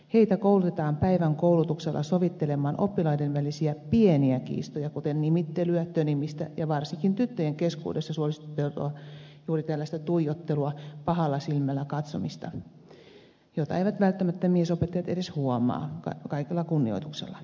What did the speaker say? heitä koulutetaan päivän koulutuksella sovittelemaan oppilaiden välisiä pieniä kiistoja kuten nimittelyä tönimistä ja varsinkin tyttöjen keskuudessa suosittua tuijottelua pahalla silmällä katsomista jota eivät miesopettajat välttämättä edes huomaa kaikella kunnioituksella